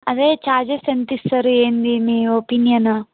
అదే చార్జెస్ ఎంతిస్తారు ఏంటి మీ ఒపీనియన్